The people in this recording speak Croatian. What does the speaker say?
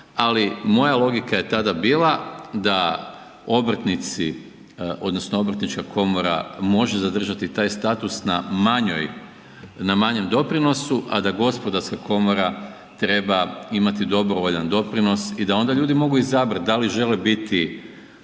ali moja logika je tada bila da obrtnici, odnosno obrtnička komora može zadržati taj status na manjem doprinosu, a da gospodarska komora treba imati dobrovoljan doprinos i da onda ljudi mogu izabrati, da li žele biti